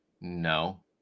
no